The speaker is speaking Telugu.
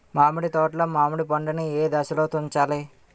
మామిడి తోటలో మామిడి పండు నీ ఏదశలో తుంచాలి?